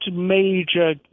major